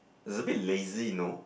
is a bit lazy you know